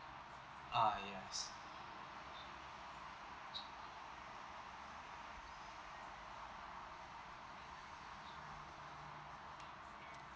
ah yes